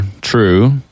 true